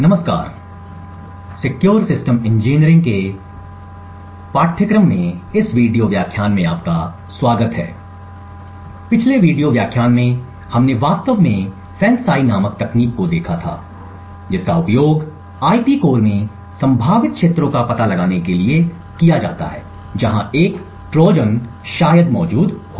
नमस्कार सुरक्षित system engineering के पाठ्यक्रम में इस वीडियो व्याख्यान में आपका स्वागत है पिछले वीडियो व्याख्यान में हमने वास्तव में FANCI नामक तकनीक को देखा था जिसका उपयोग आईपी कोर में संभावित क्षेत्रों का पता लगाने के लिए किया जा सकता है जहां एक ट्रोजन शायद मौजूद है